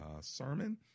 sermon